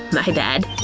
my bad,